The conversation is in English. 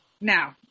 Now